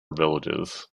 villages